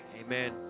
amen